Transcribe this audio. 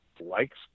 likes